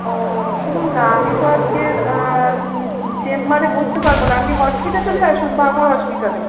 ও শুনুন না আমি তো আজকের চেম্বারে বসতে পারবো না আপনি হসপিতে চলে আসুন বাঙুর হসপিটালে